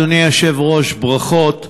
אדוני היושב-ראש, ברכות.